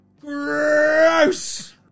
Gross